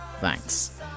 Thanks